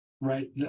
right